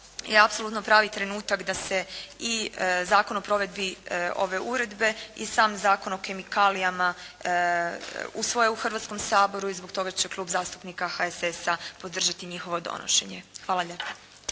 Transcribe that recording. je apsolutno pravi trenutak da se i Zakon o provedbi ove uredbe i sam Zakon o kemikalijama usvoje u Hrvatskom saboru i zbog toga će Klub zastupnika HSS-a podržati njihovo donošenje. Hvala lijepa.